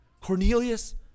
Cornelius